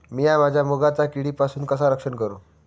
मीया माझ्या मुगाचा किडीपासून कसा रक्षण करू?